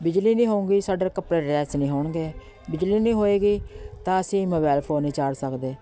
ਬਿਜਲੀ ਨਹੀਂ ਹੋਏਗੀ ਸਾਡੇ ਕੱਪੜੇ ਪ੍ਰੈਸ ਨਹੀਂ ਹੋਣਗੇ ਬਿਜਲੀ ਨਹੀਂ ਹੋਏਗੀ ਤਾਂ ਅਸੀਂ ਮੋਬਾਇਲ ਫੋਨ ਨਹੀਂ ਚਾਰਜ ਸਕਦੇ